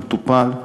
הוא מטופל.